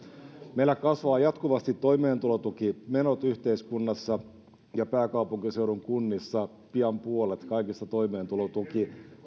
meillä kasvavat jatkuvasti toimeentulotukimenot yhteiskunnassa ja pääkaupunkiseudun kunnissa pian puolet kaikista toimeentulotuki